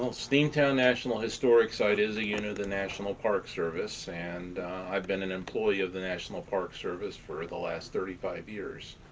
steamtown national historic site is a unit of the national park service and i've been an employee of the national park service for the last thirty five years.